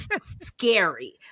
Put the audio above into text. scary